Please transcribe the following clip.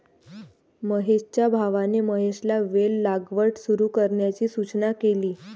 महेशच्या भावाने महेशला वेल लागवड सुरू करण्याची सूचना केली